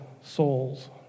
souls